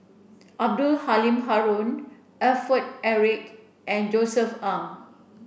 Abdul Halim Haron Alfred Eric and Josef Ang